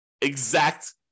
exact